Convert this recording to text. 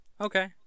Okay